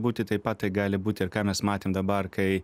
būti taip pat tai gali būti ir ką mes matėm dabar kai